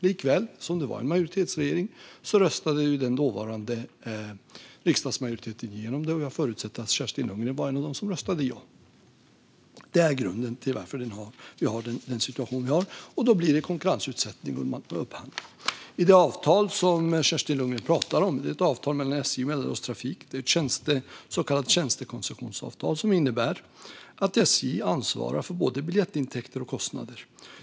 Likväl var det en majoritetsregering, och den dåvarande riksdagsmajoriteten röstade igenom förslaget. Jag förutsätter att Kerstin Lundgren var en av dem som röstade ja. Detta är grunden till att vi har den situation vi har, där det blir konkurrensutsättning och upphandling. Det avtal som Kerstin Lundgren pratar om är ett avtal mellan SJ och Mälardalstrafik, ett så kallat tjänstekoncessionsavtal, som innebär att SJ ansvarar för både biljettintäkter och kostnader.